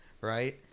right